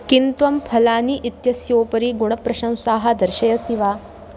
किन्त्वं फलानि इत्यस्योपरि गुणप्रशंसाः दर्शयसि वा